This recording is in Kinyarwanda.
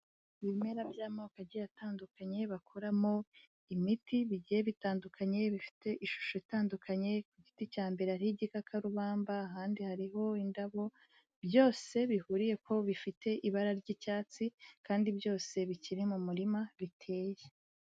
Ibimera by'amoko agiye atandukanye bakoramo imiti, bigiye bitandukanye, bifite ishusho itandukanye ku giti cya mbere hariho igikakarubamba, ahandi hariho indabo byose bihuriye ko bifite ibara ry'icyatsi kandi byose bikiri mu murima biteye.